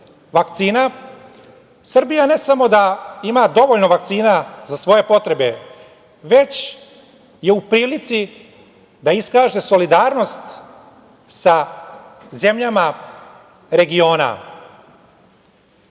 vakcina, Srbija ne samo da ima dovoljno vakcina za svoje potrebe, već je u prilici da iskaže solidarnost sa zemljama regiona. Ponosni